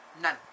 None